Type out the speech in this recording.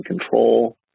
control